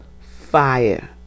fire